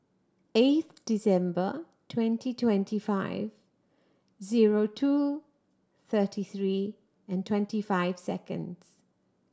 eighth December twenty twenty five zero two thirty three and twenty five seconds